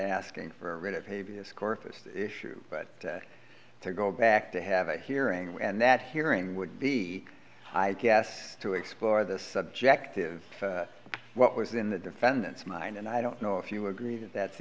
asking for a writ of habeas corpus issue but to go back to have a hearing and that hearing would be i guess to explore the subjective what was in the defendant's mind and i don't know if you agree that that's